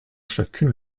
chacune